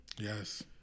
Yes